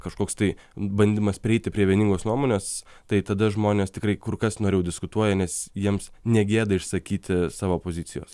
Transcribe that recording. kažkoks tai bandymas prieiti prie vieningos nuomonės tai tada žmonės tikrai kur kas noriau diskutuoja nes jiems ne gėda išsakyti savo pozicijos